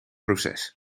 proces